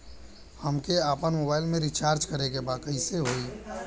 हमके आपन मोबाइल मे रिचार्ज करे के बा कैसे होई?